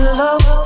love